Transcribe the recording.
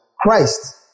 Christ